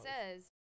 says